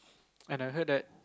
and I heard that